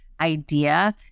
idea